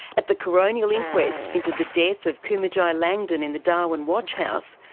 at the coronial inquest into the death of kumanjayi langdon in the darwin watchhouse,